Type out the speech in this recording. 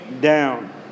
down